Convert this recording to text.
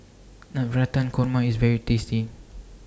Navratan Korma IS very tasty